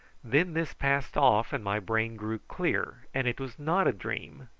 then this passed off and my brain grew clear, and it was not a dream,